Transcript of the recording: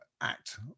act